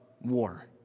war